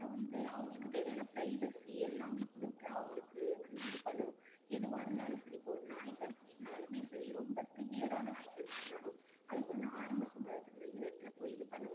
அப்புறம் வந்து அவங்களுக்கு தேவையான பிரைவசி எல்லாமே கொடுத்து அவங்களுக்கு வந்து இது பண்ணணும் எதுவாக இருந்தாலும் சரி இப்போ ஒரு நாய் கடிச்சுச்சுனாலுமே சரி ரொம்ப சிவியரான நாய் கடிச்சுட்டுனாலுமே சரி ரொம்ப சிவியர் ஆன நாய் கடிச்சுட்டுனாலும் அதுக்கு வந்து ஆரம்ப சுகாதார நிலையத்தில் போய் இது பண்ணலாம்